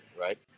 right